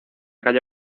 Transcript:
calle